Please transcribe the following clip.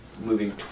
moving